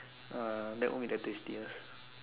uh that won't be the tastiest